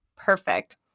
Perfect